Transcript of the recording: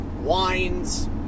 wines